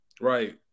Right